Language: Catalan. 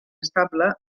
estable